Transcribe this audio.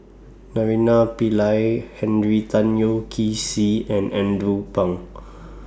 Naraina Pillai Henry Tan Yoke See and Andrew Phang